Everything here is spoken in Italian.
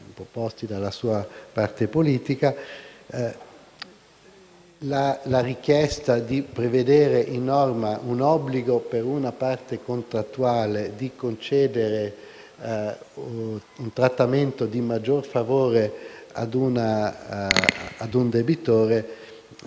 emendamenti della sua parte politica, la richiesta di prevedere in norma un obbligo per una parte contrattuale di concedere un trattamento di maggiore favore ad un debitore